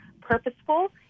purposeful